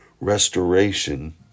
restoration